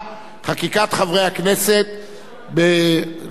בראשית השבוע היו לפני 40 הצעות חוק.